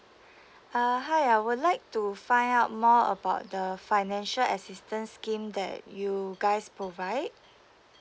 uh hi I would like to find out more about the financial assistance scheme that you guys provide